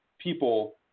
people